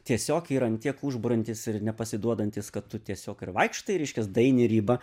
tiesiog yra ant tiek užburiantys ir nepasiduodantys kad tu tiesiog ir vaikštai reiškias daeini ribą